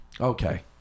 okay